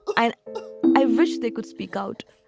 i i wish they could speak out.